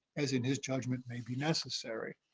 as in his judgment may be necessary.